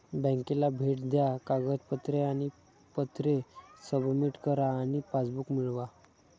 बँकेला भेट द्या कागदपत्रे आणि पत्रे सबमिट करा आणि पासबुक मिळवा